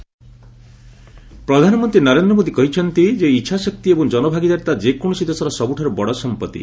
PM hackathon ପ୍ରଧାନମନ୍ତ୍ରୀ ନରେନ୍ଦ୍ର ମୋଦି କହିଛନ୍ତି ଯେ ଇଛାଶକ୍ତି ଏବଂ ଜନଭାଗିଦାରୀତା ଯେକୌଣସି ଦେଶର ସବୁଠାରୁ ବଡ଼ ସମ୍ପତ୍ତି